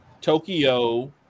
Tokyo